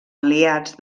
aliats